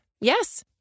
Yes